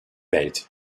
welt